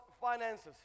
finances